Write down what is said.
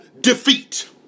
defeat